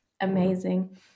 amazing